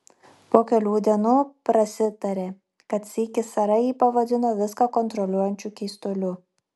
po kelių dienų prasitarė kad sykį sara jį pavadino viską kontroliuojančiu keistuoliu